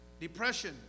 Depression